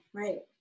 right